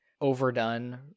overdone